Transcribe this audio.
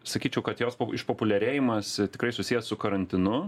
sakyčiau kad jos išpopuliarėjimas tikrai susiję su karantinu